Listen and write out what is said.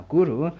Guru